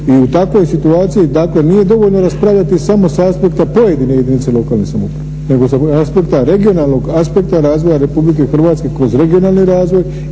I u takvoj situaciji dakle nije dovoljno raspravljati samo s aspekta pojedine jedinice lokalne samouprave, nego sa aspekta, regionalnog aspekta razvoja Republike Hrvatske kroz regionalni razvoj